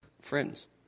Friends